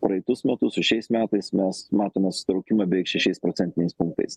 praeitus metus su šiais metais mes matome atsitraukimą beveik šešiais procentiniais punktais